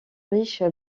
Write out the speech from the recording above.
riche